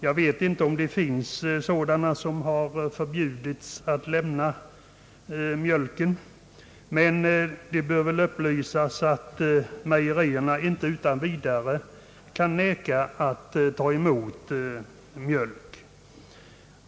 Jag vet inte om någon har förbjudits att lämna mjölk, men det bör väl upplysas att mejerierna inte utan vidare kan vägra att ta emot mjölk.